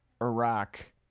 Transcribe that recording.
iraq